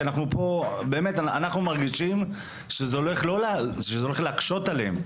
אנחנו מרגישים שזה הולך להקשות עליהם,